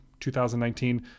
2019